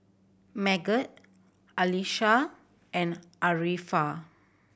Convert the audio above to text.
Megat Qalisha and Arifa